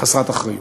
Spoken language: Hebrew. חסרת אחריות.